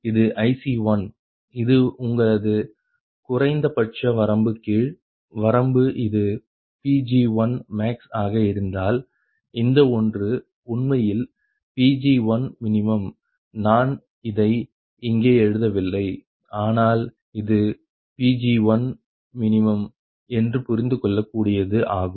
இது IC1இது உங்களது குறைந்தபட்ச வரம்பு கீழ் வரம்பு இது Pg1max ஆக இருந்தால் இந்த ஒன்று உண்மையில் Pg1min நான் இதை இங்கே எழுதவில்லை ஆனால் இது Pg1min என்று புரிந்துகொள்ளகூடியது ஆகும்